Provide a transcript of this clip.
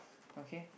okay